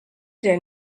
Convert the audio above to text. der